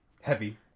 Heavy